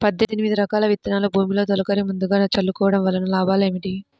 పద్దెనిమిది రకాల విత్తనాలు భూమిలో తొలకరి ముందుగా చల్లుకోవటం వలన లాభాలు ఏమిటి?